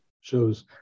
shows